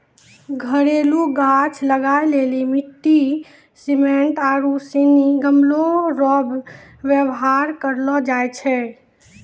घरेलू गाछ लगाय लेली मिट्टी, सिमेन्ट आरू सनी गमलो रो वेवहार करलो जाय छै